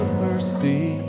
mercy